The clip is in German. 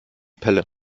pelle